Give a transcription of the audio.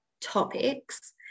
topics